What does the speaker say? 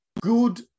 good